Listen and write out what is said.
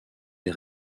des